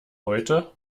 heute